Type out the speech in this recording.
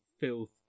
filth